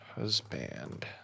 husband